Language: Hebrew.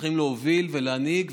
צריכים להוביל ולהנהיג,